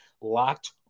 locked